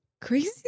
Crazy